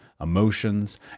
emotions